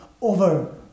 over